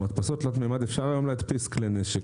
במדפסות תלת מימד אפשר היום להדפיס כלי נשק,